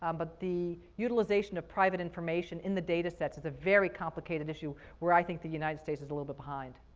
um but the utilization of private information in the data sets is a very complicated issue where i think the united states is a little bit behind.